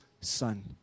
Son